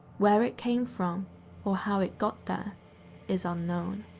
where it came from or how it got there is unknown.